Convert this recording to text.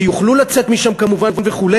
שיוכלו לצאת משם כמובן וכו',